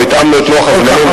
אנחנו התאמנו את לוח הזמנים.